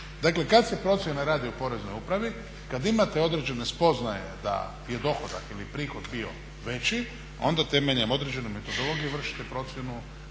dakle kad s procjena radi u poreznoj upravi kad imate određene spoznaje da je dohodak ili prihod bio veći onda temeljem određene metodologije vršite procjenu